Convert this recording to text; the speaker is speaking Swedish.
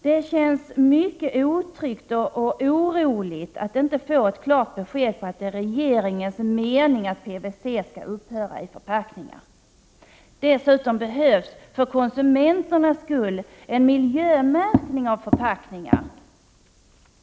Det känns mycket otryggt och oroligt att inte få ett klart besked om att det är regeringens avsikt att PVC skall upphöra att användas i förpackningar. För konsumenternas skull behövs dessutom en miljömärkning av förpackningar.